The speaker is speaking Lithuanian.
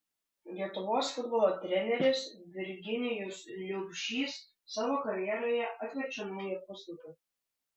lietuvos futbolo treneris virginijus liubšys savo karjeroje atverčia naują puslapį